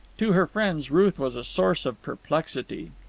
to her friends ruth was a source of perplexity.